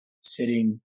sitting